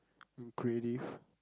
and creative